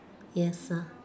yes ah